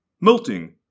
melting